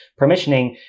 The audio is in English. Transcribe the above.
permissioning